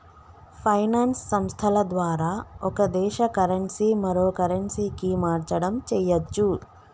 finance సంస్థల ద్వారా ఒక దేశ కరెన్సీ మరో కరెన్సీకి మార్చడం చెయ్యచ్చు